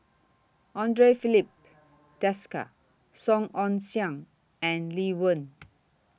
Andre Filipe Desker Song Ong Siang and Lee Wen